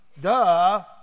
duh